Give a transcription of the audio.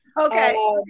Okay